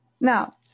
Now